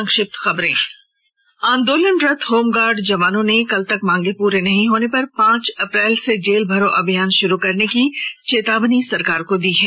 संक्षिप्त खबरें आंदोलनरत होमगार्ड जवानों ने कल तक मांगें पूरी नहीं होने पर पांच अप्रैल से जेल भरो अभियान शुरू करने की चेतावनी सरकार को दी है